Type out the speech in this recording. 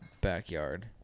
backyard